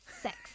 Sex